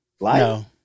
No